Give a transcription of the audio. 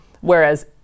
Whereas